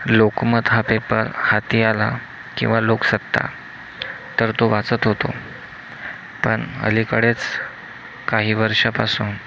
लोकमत हा पेपर हाती आला किंवा लोकसत्ता तर तो वाचत होतो पण अलीकडेच काही वर्षापासून